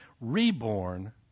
reborn